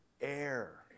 Air